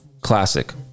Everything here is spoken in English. classic